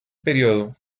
período